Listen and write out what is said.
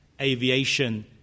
aviation